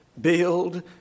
build